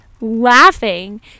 laughing